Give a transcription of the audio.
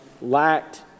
lacked